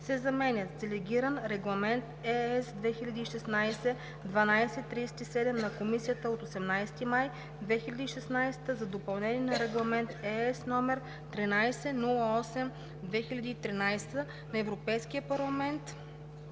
се заменят с „Делегиран регламент (ЕС) 2016/1237 на Комисията от 18 май 2016 г. за допълнение на Регламент (ЕС) № 1308/2013 на Европейския парламент